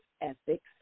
ethics